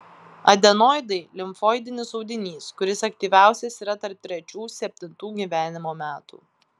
adenoidai limfoidinis audinys kuris aktyviausias yra tarp trečių septintų gyvenimo metų